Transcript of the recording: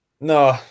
no